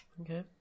Okay